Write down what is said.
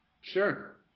Sure